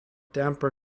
damper